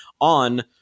on